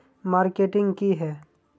Marketing की है?